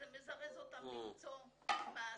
זה מזרז אותם למצוא מעסיק.